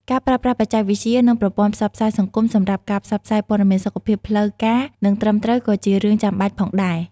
ការប្រើប្រាស់បច្ចេកវិទ្យា និងប្រព័ន្ធផ្សព្វផ្សាយសង្គមសម្រាប់ការផ្សព្វផ្សាយព័ត៌មានសុខភាពផ្លូវការនិងត្រឹមត្រូវក៏ជារឿងចាំបាច់ផងដែរ។